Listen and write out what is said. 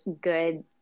good